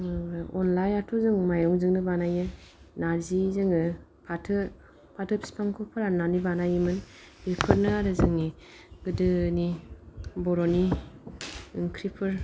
अनलायाथ' जों मायरंजोंनो बानायो नारजि जों फाथो फाथो फिफांखौ फोराननानै बानायोमोन बेफोरनो आरो जोंनि गोदोनि बर'नि ओंख्रिफोर